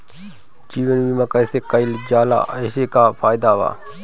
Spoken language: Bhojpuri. जीवन बीमा कैसे कईल जाला एसे का फायदा बा?